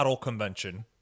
convention